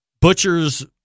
Butcher's